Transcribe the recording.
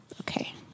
Okay